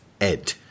ed